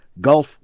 Gulf